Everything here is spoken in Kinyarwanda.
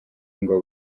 ngo